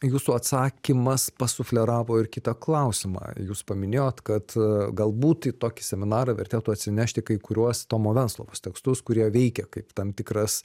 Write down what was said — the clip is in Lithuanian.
jūsų atsakymas pasufleravo ir kitą klausimą jūs paminėjot kad galbūt į tokį seminarą vertėtų atsinešti kai kuriuos tomo venclovos tekstus kurie veikė kaip tam tikras